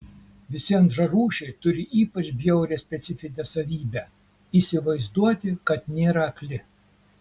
visi antrarūšiai turi ypač bjaurią specifinę savybę įsivaizduoti kad nėra akli